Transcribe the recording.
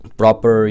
proper